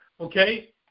Okay